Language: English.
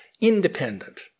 independent